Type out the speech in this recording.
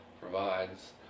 provides